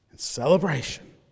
Celebration